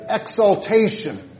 exaltation